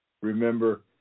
remember